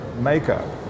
makeup